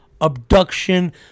abduction